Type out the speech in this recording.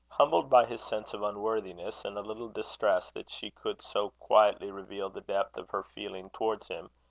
humbled by his sense of unworthiness, and a little distressed that she could so quietly reveal the depth of her feeling towards him,